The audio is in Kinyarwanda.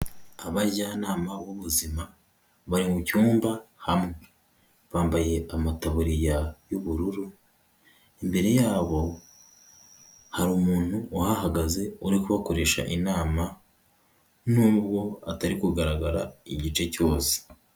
Abajyanama b'ubuzima bari mu cyumba hamwe, bambaye amataburiya y'ubururu, imbere yabo hari umuntu uhahagaze uri kubakoresha inama nubwo atari kugaragara igice cyose.